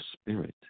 spirit